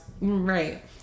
Right